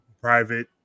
private